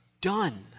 done